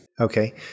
Okay